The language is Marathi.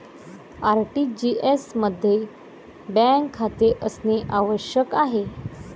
आर.टी.जी.एस मध्ये बँक खाते असणे आवश्यक आहे